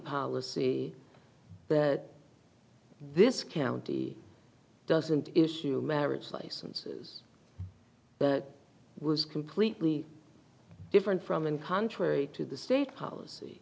policy the this county doesn't issue marriage licenses but was completely different from and contrary to the state policy